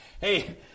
Hey